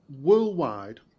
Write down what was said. Worldwide